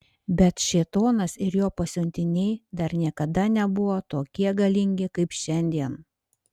bet šėtonas ir jo pasiuntiniai dar niekada nebuvo tokie galingi kaip šiandien